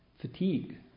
Fatigue